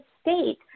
state